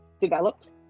developed